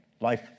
life